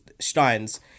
steins